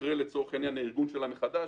אחרי הארגון שלה מחדש.